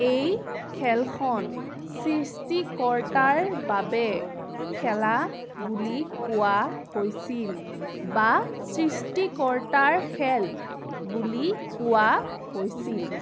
এই খেলখন সৃষ্টিকৰ্তাৰ বাবে খেলা বুলি কোৱা হৈছিল বা সৃষ্টিকৰ্তাৰ খেল বুলি কোৱা হৈছিল